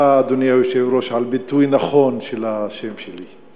תודה, אדוני היושב-ראש, על ביטוי נכון של השם שלי.